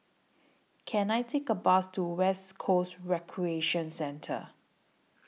Can I Take A Bus to West Coast Recreation Centre